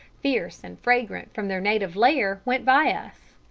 fierce and fragrant from their native lair, went by us?